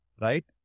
right